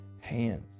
hands